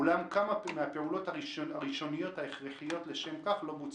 אולם כמה מהפעולות הראשוניות ההכרחיות לשם כך לא בוצעו.